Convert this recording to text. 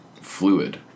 fluid